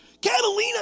Catalina